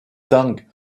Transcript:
tang